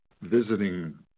visiting